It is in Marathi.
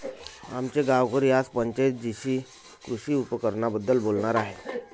आमचे गावकरी आज पंचायत जीशी कृषी उपकरणांबद्दल बोलणार आहेत